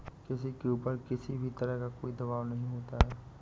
किसी के ऊपर किसी भी तरह का कोई दवाब नहीं होता है